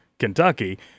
Kentucky